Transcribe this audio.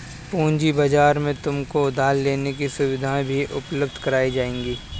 पूँजी बाजार में तुमको उधार लेने की सुविधाएं भी उपलब्ध कराई जाएंगी